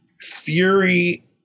Fury